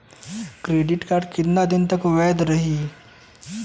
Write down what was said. Credit card कितना दिन तक वैध रही?